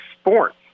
sports